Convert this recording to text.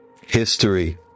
history